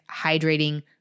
Hydrating